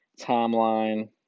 timeline